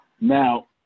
Now